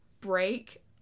break